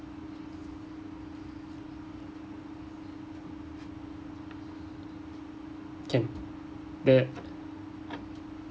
can the